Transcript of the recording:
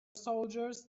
soldiers